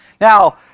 Now